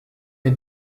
est